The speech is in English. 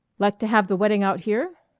like to have the wedding out here?